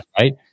Right